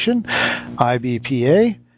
IBPA